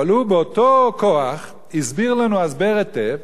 אבל הוא באותו כוח הסביר לנו הסבר היטב,